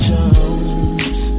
Jones